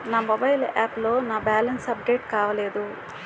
నా mobile app లో నా బ్యాలెన్స్ అప్డేట్ కాలేదు